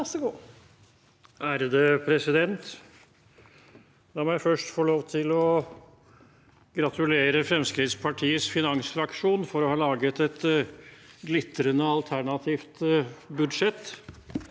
(FrP) La meg først få lov til å gratulere Fremskrittspartiets finansfraksjon for å ha laget et glitrende alternativt budsjett,